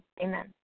Amen